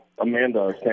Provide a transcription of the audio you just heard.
Amanda